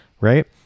right